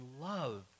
love